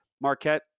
Marquette